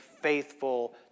faithful